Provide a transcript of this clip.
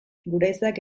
guraizeak